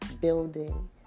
building